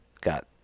got